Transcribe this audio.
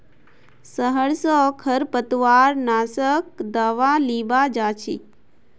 शहर स खरपतवार नाशक दावा लीबा जा छि